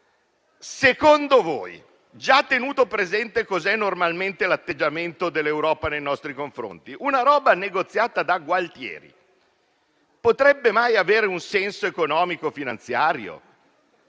Secondo voi, già tenuto presente qual è normalmente l'atteggiamento dell'Europa nei nostri confronti, una roba negoziata da Gualtieri potrebbe mai avere un senso economico-finanziario?